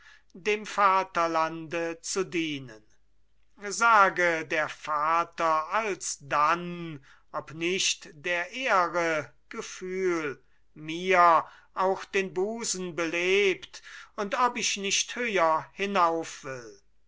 dem vaterlande zu dienen sage der vater alsdann ob nicht der ehre gefühl mir auch den busen belebt und ob ich nicht höher hinauf